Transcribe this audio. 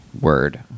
Word